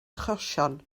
achosion